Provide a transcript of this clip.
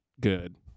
good